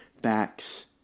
backs